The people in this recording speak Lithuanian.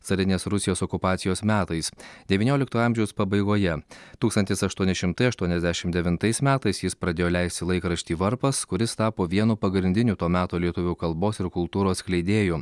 carinės rusijos okupacijos metais devyniolikto amžiaus pabaigoje tūkstantis aštuoni šimtai aštuoniasdešimt devintais metais jis pradėjo leisti laikraštį varpas kuris tapo vienu pagrindiniu to meto lietuvių kalbos ir kultūros skleidėju